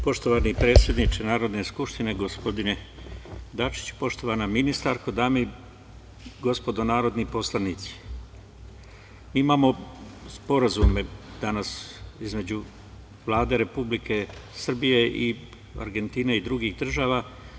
Poštovani predsedniče Narodne skupštine gospodine Dačiću, poštovana ministarko, dame i gospodo narodni poslanici, danas imamo sporazume između Vlade Republike Srbije i Argentine i drugih država.